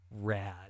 rad